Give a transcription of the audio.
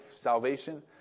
salvation